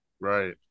Right